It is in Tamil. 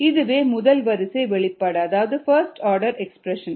இதுவே முதல் வரிசை வெளிப்பாடு அதாவது பஸ்ட் ஆர்டர் எக்ஸ்பிரஷன்